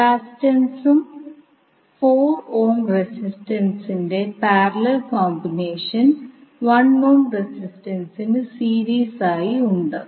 കപ്പാസിറ്റൻസും 4 ഓംറെസിസ്റ്റൻസിന്റെ parallel combination 1 ohm റെസിസ്റ്റൻസിനു സീരീസ്സായി ആയി ഉണ്ട്